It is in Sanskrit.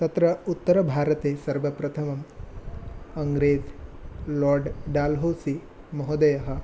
तत्र उत्तरभारते सर्वप्रथमं काङ्ग्रेस् लार्ड् डाल् हौसि महोदयः